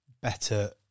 better